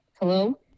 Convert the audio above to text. hello